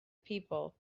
people